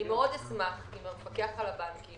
אני מאוד אשמח אם המפקח על הבנקים